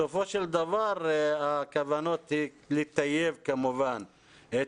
בסופו של דבר הכוונה היא לטייב כמובן את